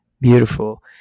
beautiful